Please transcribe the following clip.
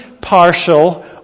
partial